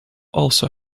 also